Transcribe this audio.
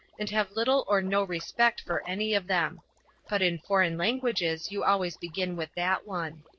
and have little or no respect for any of them but in foreign languages you always begin with that one.